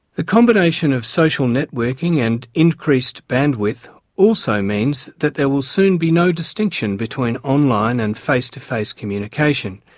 the combination of social networking and increased bandwidth also means that there will soon be no distinction between online and face to face communication.